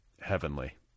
heavenly